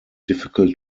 difficult